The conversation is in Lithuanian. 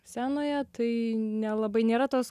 scenoje tai nelabai nėra tos